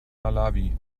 malawi